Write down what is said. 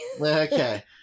okay